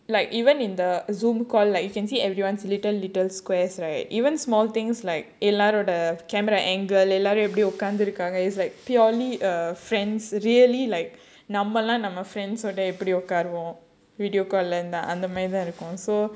like even in the zoom call like you can see everyone's little little squares right even small things like எல்லோரோட:ellaaroda camera angle எல்லோரும் எப்டி உட்காந்துருப்பாங்க:ellorum epdi utkkaarnthurupaanga it's like purely a friends really like நம்மலாம் நம்ம:nammalaam namma friends ஓட எப்படி உட்காருவோம்:oda epdi utkkaaruvom video call இருந்தா அந்த மாதிரிதான் இருக்கும்:irunthaa andha maadhirithaan irukkum so